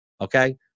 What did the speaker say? okay